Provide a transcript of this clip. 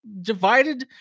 divided